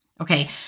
Okay